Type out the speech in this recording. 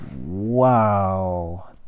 Wow